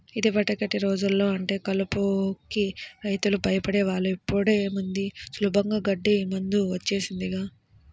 యిదివరకటి రోజుల్లో అంటే కలుపుకి రైతులు భయపడే వాళ్ళు, ఇప్పుడేముంది సులభంగా గడ్డి మందు వచ్చేసిందిగా